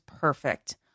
perfect